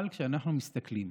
אבל כשאנחנו מסתכלים